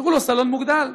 סידרו לו סלון מוגדל.